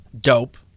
Dope